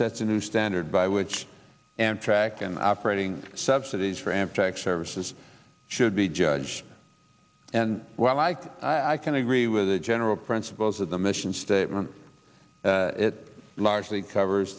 sets a new standard by which and track and operating subsidies for amtrak services should be judged and well like i can agree with the general principles of the mission statement it largely covers